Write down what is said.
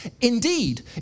indeed